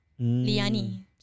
Liani